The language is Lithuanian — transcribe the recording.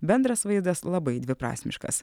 bendras vaizdas labai dviprasmiškas